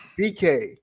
BK